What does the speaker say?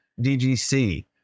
DGC